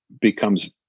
becomes